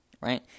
Right